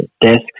desks